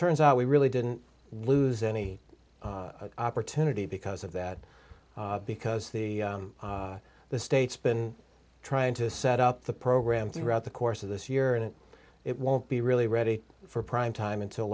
turns out we really didn't lose any opportunity because of that because the the state's been trying to set up the program throughout the course of this year and it won't be really ready for prime time until